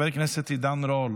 חבר הכנסת עידן רול,